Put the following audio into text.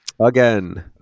Again